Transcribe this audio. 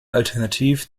alternativ